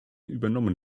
übernommen